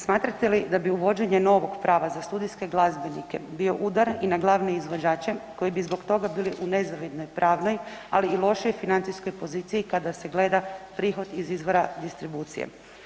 Smatrate li da bi uvođenje novog prava za studijske glazbenike bio udar i na glavne izvođače koji bi zbog toga bili u nezavidnoj pravnoj, ali i lošijoj financijskoj poziciji kada se gleda prihod iz izvora distribucije?